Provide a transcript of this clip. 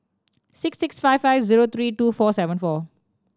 six six five five zero three two four seven four